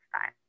time